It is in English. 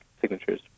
signatures